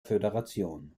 föderation